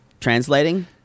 Translating